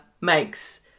makes